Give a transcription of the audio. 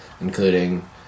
including